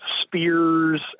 spears